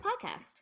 podcast